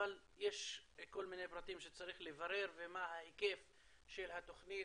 אבל יש כל מיני פרטים שצריך לברר ומה ההיקף של התוכנית